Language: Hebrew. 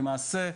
למעשה,